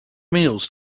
meals